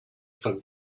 for